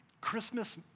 Christmas